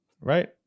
right